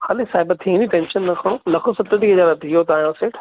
हले साहिबु थी वेंदी टेंशन न खणो लखु सतटीह हज़ार थी वियो तव्हांजो सेठ